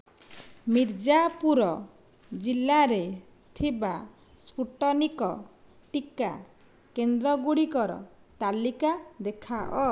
ମିର୍ଜାପୁର ଜିଲ୍ଲାରେ ଥିବା ସ୍ପୁଟନିକ୍ ଟିକା କେନ୍ଦ୍ରଗୁଡ଼ିକର ତାଲିକା ଦେଖାଅ